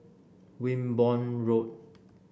Wimborne Road